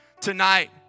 Tonight